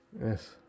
yes